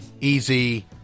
easy